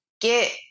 get